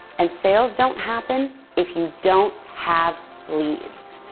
and sales don't happen if you don't have leads.